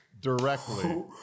directly